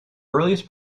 earliest